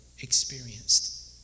experienced